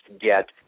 get